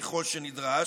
ככל שנדרש,